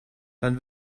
dann